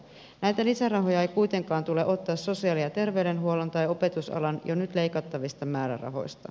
näitä lisärahoja ei kuitenkaan tule ottaa sosiaali ja terveydenhuollon tai opetusalan jo nyt leikattavista määrärahoista